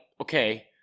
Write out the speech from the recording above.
okay